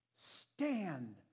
stand